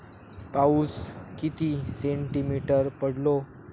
पाऊस किती सेंटीमीटर पडलो?